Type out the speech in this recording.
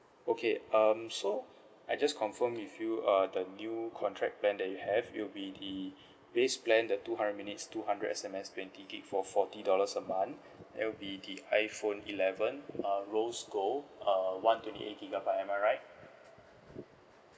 okay um so I just confirm with you uh the new contract plan that you have it'll be the base plan the two hundred minutes two hundred S_M_S twenty gig for forty dollars a month there will be the iPhone eleven uh rose gold uh one twenty eight gigabyte am I right